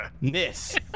miss